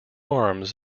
arms